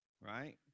Right